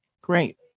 Great